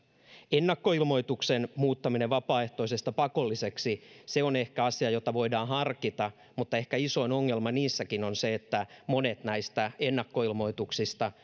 ennakkoilmoituksen muuttaminen vapaaehtoisesta pakolliseksi se on ehkä asia jota voidaan harkita mutta ehkä isoin ongelma niissäkin on se että monet näistä ennakkoilmoituksista